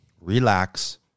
relax